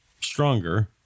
stronger